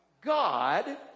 God